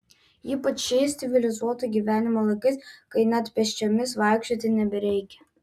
ypač šiais civilizuoto gyvenimo laikais kai net pėsčiomis vaikščioti nebereikia